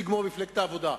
שיגמור במפלגת העבודה,